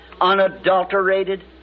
unadulterated